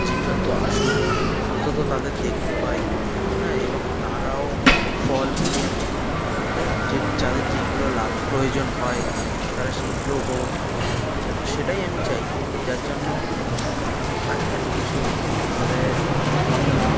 জীবজন্তু আসুক অন্তত তাদের দেখতে পাই হ্যাঁ এবং তারাও ফল ফুল যাদের যেইগুলো লাগ প্রয়োজন হয় তারা সেইগুলো উপভোগ করুক তো সেটাই আমি চাই যার জন্য আজ এত কিছুভাবে এগিয়ে যাওয়া